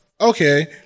okay